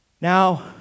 Now